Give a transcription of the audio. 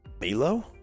Milo